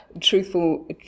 truthful